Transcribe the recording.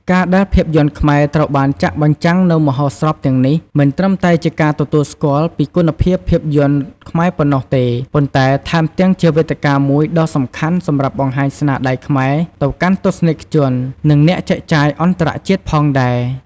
ការដែលភាពយន្តខ្មែរត្រូវបានចាក់បញ្ចាំងនៅមហោស្រពទាំងនេះ មិនត្រឹមតែជាការទទួលស្គាល់ពីគុណភាពភាពយន្តខ្មែរប៉ុណ្ណោះទេ ប៉ុន្តែថែមទាំងជាវេទិកាមួយដ៏សំខាន់សម្រាប់បង្ហាញស្នាដៃខ្មែរទៅកាន់ទស្សនិកជន និងអ្នកចែកចាយអន្តរជាតិផងដែរ។